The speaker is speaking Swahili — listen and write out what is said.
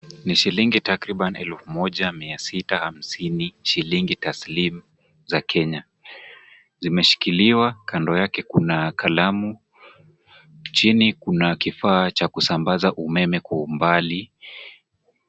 Ni shilingi takriban elfu moja mia sita hamsini, shilingi taslim za Kenya. Zimeshikiliwa, kando yake kuna kalamu, chini kuna kifaa cha kusambaza umeme kwa umbali.